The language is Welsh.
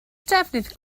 defnydd